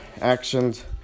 actions